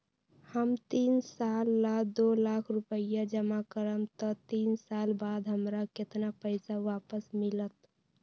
हम तीन साल ला दो लाख रूपैया जमा करम त तीन साल बाद हमरा केतना पैसा वापस मिलत?